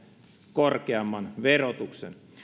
korkeamman verotuksen